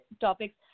topics